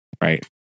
Right